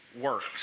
works